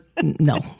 no